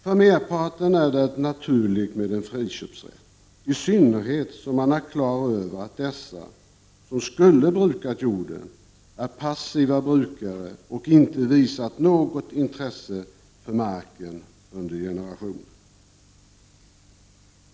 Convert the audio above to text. För merparten är det naturligt med en friköpsrätt, i synnerhet som man är klar över att de som skulle ha brukat jorden är passiva brukare och inte har visat något intresse för marken under generationer.